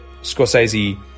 Scorsese